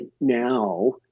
now